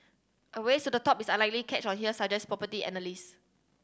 a race to the top is unlikely catch on here suggest property analysts